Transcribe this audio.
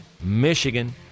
Michigan